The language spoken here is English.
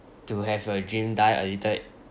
to have a dream die a little